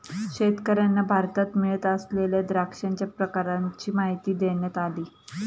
शेतकर्यांना भारतात मिळत असलेल्या द्राक्षांच्या प्रकारांची माहिती देण्यात आली